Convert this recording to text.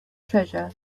treasure